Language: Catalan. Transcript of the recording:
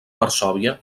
varsòvia